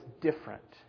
different